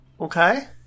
Okay